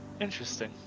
Interesting